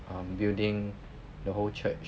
um building the whole church